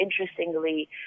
interestingly